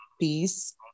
peace